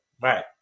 Right